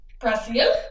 brazil